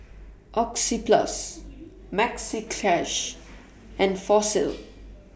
Oxyplus Maxi Cash and Fossil